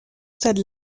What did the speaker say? stade